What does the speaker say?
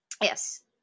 Yes